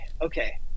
Okay